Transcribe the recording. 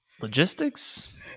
logistics